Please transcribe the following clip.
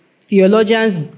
theologians